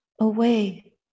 away